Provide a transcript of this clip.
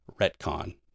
retcon